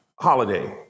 holiday